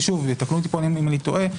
ויתקנו אותי פה אם אני טועה,